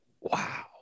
wow